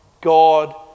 God